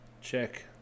check